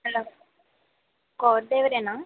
hello car డ్రైవరేనా